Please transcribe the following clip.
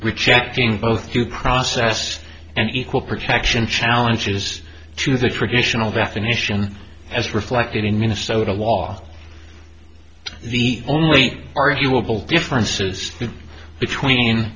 rejecting both you processed and equal protection challenges to the traditional definition as reflected in minnesota wall the only arguable differences between